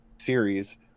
series